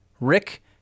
Rick